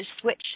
switch